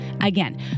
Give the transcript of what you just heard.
Again